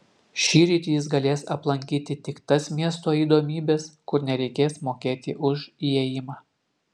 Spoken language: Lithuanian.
šįryt jis galės aplankyti tik tas miesto įdomybes kur nereikės mokėti už įėjimą